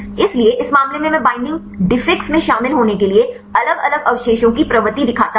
इसलिए इस मामले में मैं बाइंडिंग डिफिक्स में शामिल होने के लिए अलग अलग अवशेषों की प्रवृत्ति दिखाता हूं